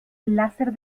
láser